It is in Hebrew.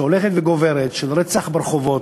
שהולכת וגוברת, של רצח ברחובות,